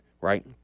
right